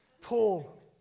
Paul